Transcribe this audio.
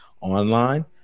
online